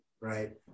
right